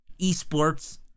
Esports